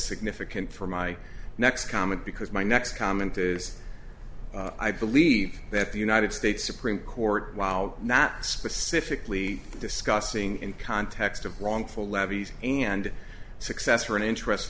significant for my next comment because my next comment is i believe that the united states supreme court while not specifically discussing in context of wrongful levies and successor in interest